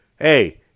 hey